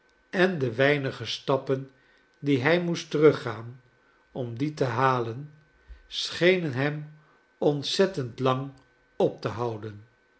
en de weinige stappen die hij moest teruggaan om dien te halen schenen hem ontzettend lang op te houden